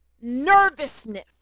nervousness